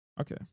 okay